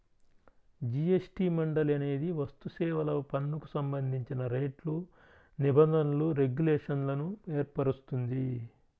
GST మండలి అనేది వస్తుసేవల పన్నుకు సంబంధించిన రేట్లు, నిబంధనలు, రెగ్యులేషన్లను ఏర్పరుస్తుంది